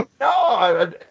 No